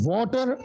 Water